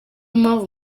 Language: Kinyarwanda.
mpamvu